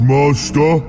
Master